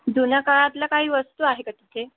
जुन्या काळातला काही वस्तू आहे का तिथे